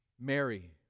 Mary